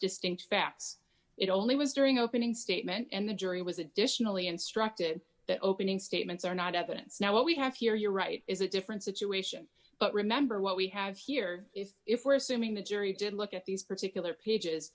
distinct facts it only was during opening statement and the jury was additionally instructed that opening statements are not evidence now what we have here you're right is a different situation but remember what we have here is if we're assuming the jury did look at these particular pages